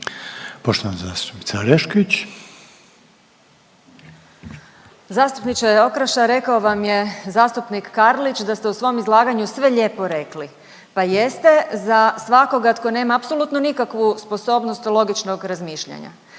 imenom i prezimenom)** Zastupniče Okroša, rekao vam je zastupnik Karlić da ste u svom izlaganju sve lijepo rekli, pa jeste za svakoga tko nema apsolutno nikakvu sposobnost logičnog razmišljanja.